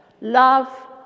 love